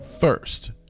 first